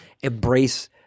embrace